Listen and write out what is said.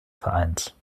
vereins